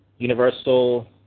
Universal